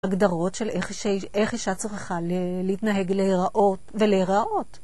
הגדרות, של איך אישה צריכה להתנהג ולהיראות.